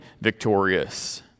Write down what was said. victorious